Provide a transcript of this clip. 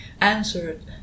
answered